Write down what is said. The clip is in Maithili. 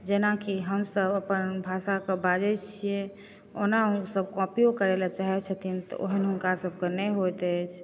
जेनाकि हमसभ अपन भाषाके बाजै छियै ओना ओ सब कॉपियो करै लए चाहै छथिन तऽ ओहन हुनका सभकए नहि होइत अछि